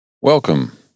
welcome